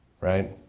right